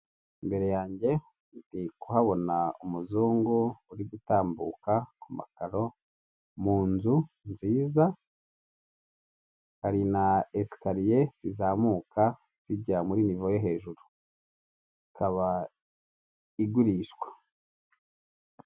Imbere yanjye ndi kuhabona umuzungu uri gutambuka ku makaro mu nzu nziza hari na esikariye zizamuka zijya muri nivo yo hejuru ikaba igurishwa.